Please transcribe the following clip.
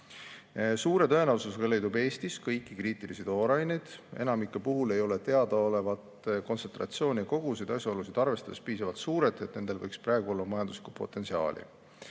Suure tõenäosusega leidub Eestis kõiki kriitilisi tooraineid. Enamiku puhul ei ole teadaolevalt kontsentratsioon ja kogused asjaolusid arvestades piisavalt suured, et nendel võiks praegu olla majanduslikku potentsiaali.